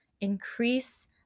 increase